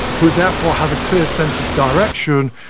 who therefore have a clear sense of direction,